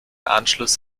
anschluss